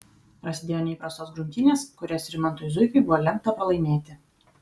prasidėjo neįprastos grumtynės kurias rimantui zuikai buvo lemta pralaimėti